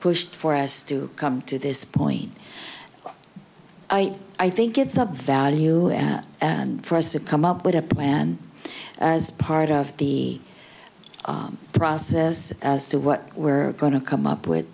pushed for us to come to this point i i think it's a value for us a come up with a plan as part of the process as to what we're going to come up with